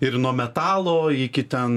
ir nuo metalo iki ten